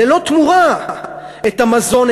את המזון,